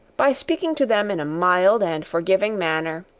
by speaking to them in a mild and forgiving manner,